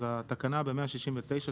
התקנה ב-169,